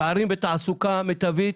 פערים בתעסוקה המיטבית,